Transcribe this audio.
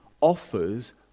offers